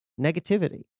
negativity